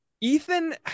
Ethan